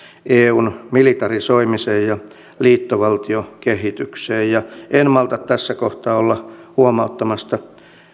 eun militarisoimiseen ja liittovaltiokehitykseen ja en malta tässä kohtaa olla huomauttamatta